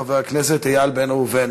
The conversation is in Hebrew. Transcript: חבר הכנסת איל בן ראובן,